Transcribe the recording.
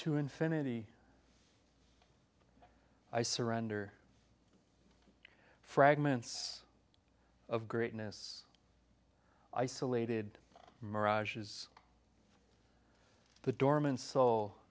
to infinity i surrender fragments of greatness isolated mirage is the dormant so